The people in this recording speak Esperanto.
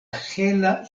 hela